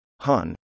Han